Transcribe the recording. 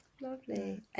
Lovely